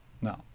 No